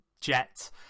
JET